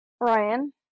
Ryan